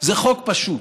זה חוק פשוט,